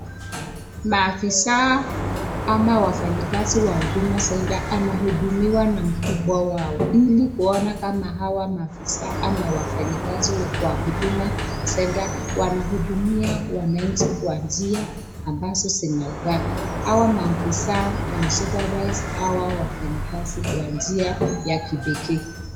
Maafisa ama wafanyikazi wa Huduma Centre anahudumiwa na mkubwa wao, Ili kuona kama hawa wafanyikazi ama maafisa wa Huduma centre wanahudumia wananchi kwa njia zinavyofaa. Hawa maafisaa wana supervise hawa wafanyikazi kwa njia ya kipekee.